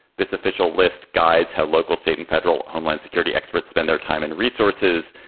this official list guides how local, state and federal homeland security experts spend their time and resources.